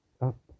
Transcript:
up